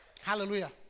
Hallelujah